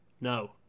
No